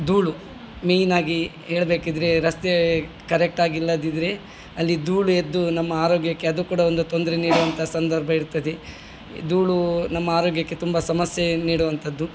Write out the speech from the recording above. ಧೂಳು ಮೇಯ್ನ್ ಆಗಿ ಹೇಳ್ಬೇಕಿದ್ರೆ ರಸ್ತೆ ಕರೆಕ್ಟ್ ಆಗಿಲ್ಲದಿದ್ದರೆ ಅಲ್ಲಿ ಧೂಳು ಎದ್ದು ನಮ್ಮ ಆರೋಗ್ಯಕ್ಕೆ ಅದು ಕೂಡ ಒಂದು ತೊಂದರೆ ನೀಡುವಂತ ಸಂದರ್ಭ ಇರ್ತದೆ ಧೂಳು ನಮ್ಮ ಆರೋಗ್ಯಕ್ಕೆ ತುಂಬಾ ಸಮಸ್ಯೆ ನೀಡುವಂತದ್ದು